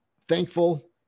thankful